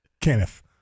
Kenneth